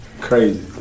Crazy